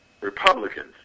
Republicans